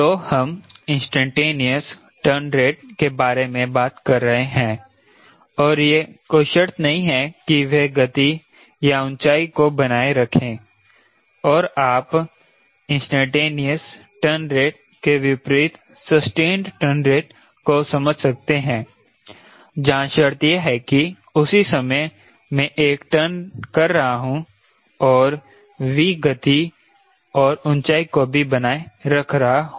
तो हम instantaneous turn rate के बारे में बात कर रहे हैं और यह कोई शर्त नहीं है कि वह गति या ऊंचाई को बनाए रखें और आप इंस्टैंटेनियस टर्न रेट के विपरीत सस्टेंड टर्न रेट को समझ सकते हैं जहां शर्त यह है कि मैं उसी समय में एक टर्न कर रहा हूं और V गति और ऊंचाई को भी बनाए रख रहा हूं